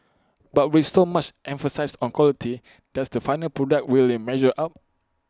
but with so much emphasis on quality does the final product really measure up